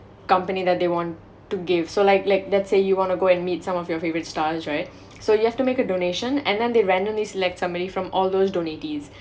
company that they want to give so like like let's say you want to go and meet some of your favorite stars right so you have to make a donation and then they randomly select somebody from all those donatees